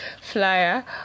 flyer